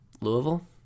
Louisville